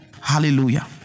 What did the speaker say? Hallelujah